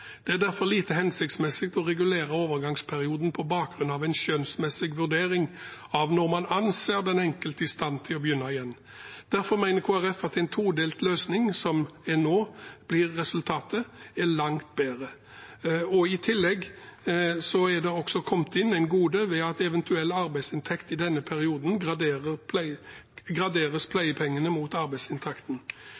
Det er derfor lite hensiktsmessig å regulere overgangsperioden på bakgrunn av en skjønnsmessig vurdering av når man anser den enkelte i stand til å begynne igjen. Derfor mener Kristelig Folkeparti at en todelt løsning som den som nå blir resultatet, er langt bedre. I tillegg er det kommet inn et gode ved at pleiepengene ved eventuell arbeidsinntekt i denne perioden graderes